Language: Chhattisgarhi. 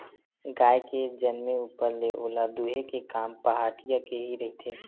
गाय के जनमे ऊपर ले ओला दूहे के काम पहाटिया के ही रहिथे